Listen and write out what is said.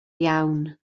iawn